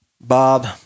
bob